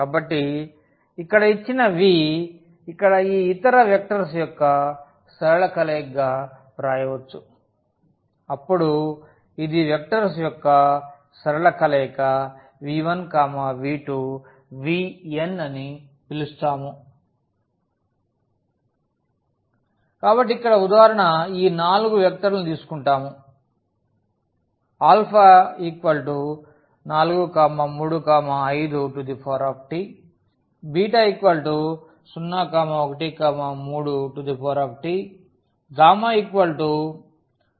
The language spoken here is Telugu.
కాబట్టి ఇక్కడ ఇచ్చిన v ఇక్కడ ఈ ఇతర వెక్టర్స్ యొక్క సరళ కలయికగా వ్రాయవచ్చు అప్పుడు ఇది వెక్టర్స్ యొక్క సరళ కలయిక v1v2vn అని పిలుస్తాము కాబట్టి ఇక్కడ ఉదాహరణ ఈ నాలుగు వెక్టర్లను తీసుకుంటాము α435Tβ013Tγ211Tδ422T